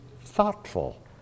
thoughtful